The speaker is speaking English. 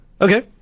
Okay